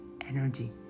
energy